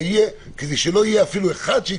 כדי שלא יהיה אפילו אחד שיקופח,